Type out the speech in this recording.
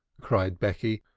cried becky,